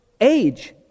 age